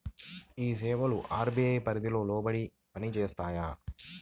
ఈ సేవలు అర్.బీ.ఐ పరిధికి లోబడి పని చేస్తాయా?